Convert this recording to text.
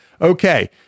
Okay